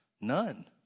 None